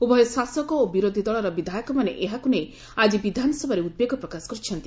ଉଭୟ ଶାସକ ଓ ବିରୋଧୀ ଦଳର ବିଧାୟକମାନେ ଏହାକୁ ନେଇ ଆଜି ବିଧାନସଭାରେ ଉଦବେଗ ପ୍ରକାଶ କରିଛନ୍ତି